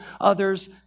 others